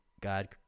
God